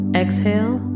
exhale